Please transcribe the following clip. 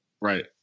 right